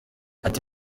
ati